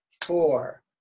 four